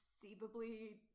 conceivably